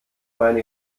meine